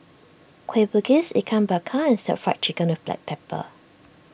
Kueh Bugis Ikan Bakar and Stir Fry Chicken with Black Pepper